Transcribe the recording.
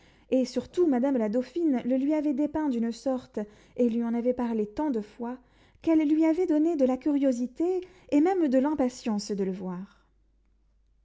et surtout madame la dauphine le lui avait dépeint d'une sorte et lui en avait parlé tant de fois qu'elle lui avait donné de la curiosité et même de l'impatience de le voir